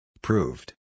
Proved